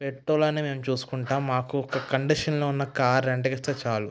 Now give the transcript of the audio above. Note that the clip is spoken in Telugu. పెట్రోల్ అన్నీ మేము చూసుకుంటాం మాకు ఒక కండిషన్లో ఉన్న కారు రెంట్కి ఇస్తే చాలు